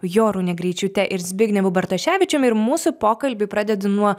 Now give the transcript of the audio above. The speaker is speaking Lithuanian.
jorūne greičiūte ir zbignevu bartoševičiumi ir mūsų pokalbį pradedu nuo